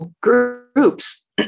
groups